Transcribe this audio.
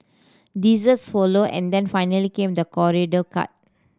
desserts followed and then finally came the cart